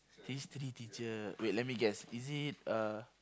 history teacher wait let me guess is it uh